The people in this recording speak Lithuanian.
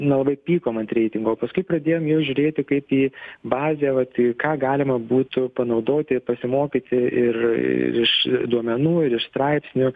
na labai pykome ant reitingų paskui pradėjom į juos žiūrėti kaip į bazę va tai ką galima būtų panaudoti pasimokyti ir iš duomenų ir iš straipsnių